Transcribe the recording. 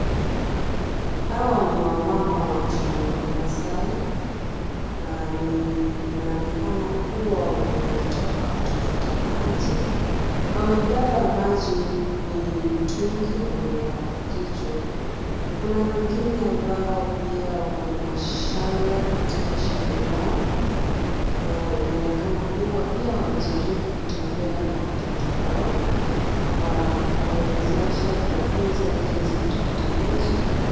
Hawa ni wamama wamasai na inaonekana kuwa wametoka kutafuta maji. Wamebeba maji kwenye mtungi wameweka kwa kichwa. Kuna wengine ambao pia wakona shanga katika shingo lao. Inaonekana kuwa pia wamejaribu kutembea na watoto wao kuwawezesha kuwafunza jinsi ya kutafuta maji.